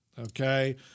Okay